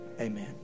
Amen